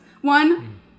One